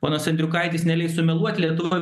ponas andriukaitis neleis sumeluot lietuva